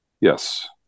Yes